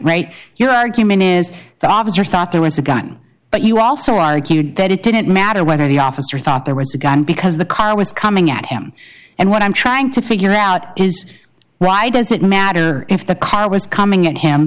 mate your argument is the officer thought there was a gun but you also argued that it didn't matter whether the officer thought there was a gun because the car was coming at him and what i'm trying to figure out is why does it matter if the car was coming at him